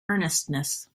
earnestness